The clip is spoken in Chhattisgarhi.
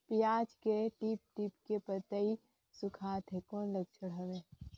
पियाज के टीप टीप के पतई सुखात हे कौन लक्षण हवे?